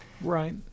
right